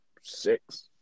six